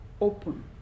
open